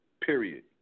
period